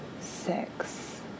six